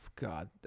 God